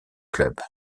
club